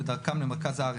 בדרכם למרכז הארץ".